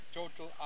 total